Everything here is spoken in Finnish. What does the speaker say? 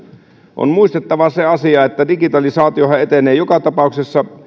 on muistettava se asia että digitalisaatiohan etenee joka tapauksessa